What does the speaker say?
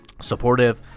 supportive